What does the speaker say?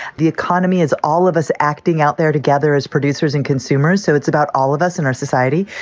the economy as all of us acting out there together as producers and consumers. so it's about all of us in our society.